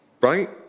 right